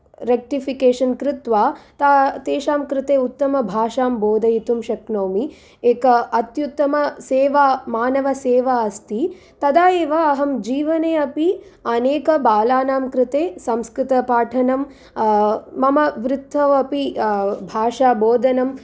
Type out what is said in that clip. rectification कृत्वा त तेषां कृते उत्तमभाषां बोधयितुं शक्नोमि एका अत्युत्तमसेवा मानवसेवा अस्ति तदा एव अहं जीवने अपि अनेकबालानां कृते संस्कृतपाठनं मम वृत्तौ अपि भाषाबोधनं